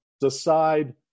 decide